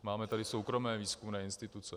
Máme tady soukromé výzkumné instituce.